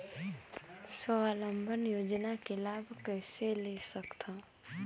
स्वावलंबन योजना के लाभ कइसे ले सकथव?